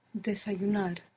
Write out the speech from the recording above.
Desayunar